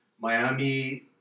Miami